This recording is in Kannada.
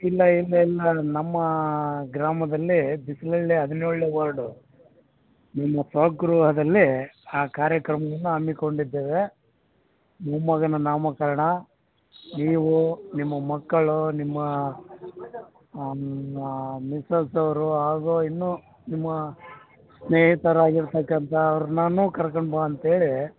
ಇಲ್ಲ ಇಲ್ಲ ಇಲ್ಲ ನಮ್ಮ ಗ್ರಾಮದಲ್ಲಿ ಬಿಸ್ಲಳ್ಳಿ ಹದಿನೇಳನೇ ವಾರ್ಡು ನಮ್ಮ ಸ್ವಗೃಹದಲ್ಲಿ ಆ ಕಾರ್ಯಕ್ರಮವನ್ನು ಹಮ್ಮಿ ಕೊಂಡಿದ್ದೇವೆ ಮೊಮ್ಮೊಗನ ನಾಮಕರಣ ನೀವು ನಿಮ್ಮ ಮಕ್ಕಳು ನಿಮ್ಮ ಮಿಸಸ್ ಅವರು ಹಾಗೂ ಇನ್ನೂ ನಿಮ್ಮ ಸ್ನೇಹಿತರಾಗಿರ್ತಕ್ಕಂಥ ಅವ್ರನ್ನನು ಕರ್ಕಂಡು ಬಾ ಅಂತೇಳಿ